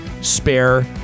spare